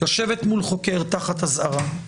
לשבת מול חוקר תחת אזהרה.